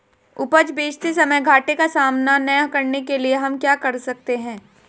उपज बेचते समय घाटे का सामना न करने के लिए हम क्या कर सकते हैं?